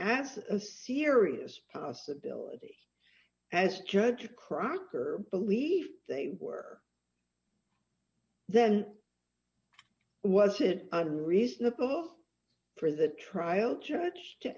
as a serious possibility as judge crocker believe they were then was it reasonable for the trial church to